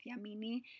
Yamini